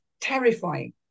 terrifying